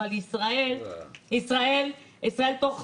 אבל ישראל תוך חודשיים,